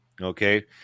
Okay